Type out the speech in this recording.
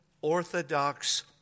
orthodox